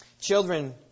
Children